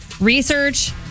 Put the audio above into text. research